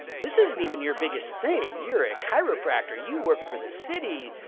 this isn't even your biggest thing. you're a chiropractor, you work for the city,